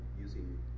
using